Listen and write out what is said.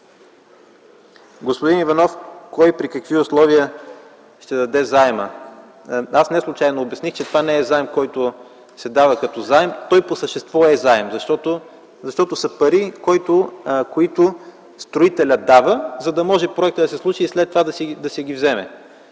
Господин Иванов, кой и при какви условия ще даде заема? Неслучайно обясних, че това не е заем, който се дава като заем. Той по същество е заем, защото са пари, които строителят дава, за да може проектът да се случи и след това да си ги вземе.